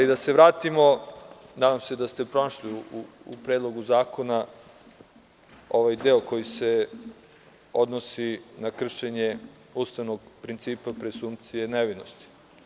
Da se vratimo, nadam se da ste pronašli u Predlogu zakona ovaj deo koji se odnosi na kršenje ustavnog principa prezumpcije nevinosti.